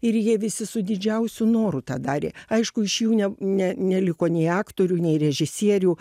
ir jie visi su didžiausiu noru tą darė aišku iš jų ne ne neliko nei aktorių nei režisierių